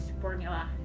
formula